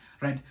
right